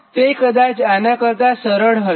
તે કદાચ આના કરતાં સરળ હશે